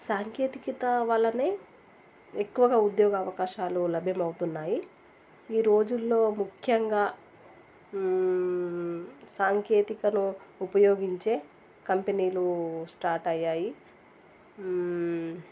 సాంకేతికత వల్లనే ఎక్కువగా ఉద్యోగ అవకాశాలు లభ్యమవుతున్నాయి ఈ రోజుల్లో ముఖ్యంగా సాంకేతికతను ఉపయోగించే కంపెనీలు స్టార్ట్ అయ్యాయి